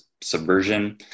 subversion